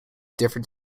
different